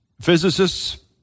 physicists